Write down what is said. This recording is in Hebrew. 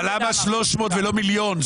אבל למה 300 ולא מיליון.